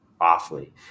awfully